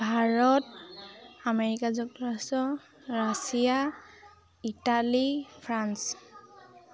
Bharat America যুক্তৰাষ্ট্ৰ Russia Italy France